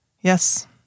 Yes